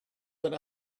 that